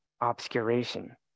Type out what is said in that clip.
obscuration